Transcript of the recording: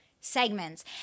segments